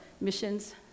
missions